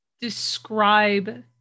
describe